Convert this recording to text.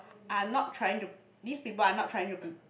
are not trying to this person are not trying to be